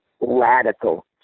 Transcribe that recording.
radical